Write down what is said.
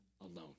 alone